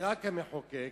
ורק המחוקק,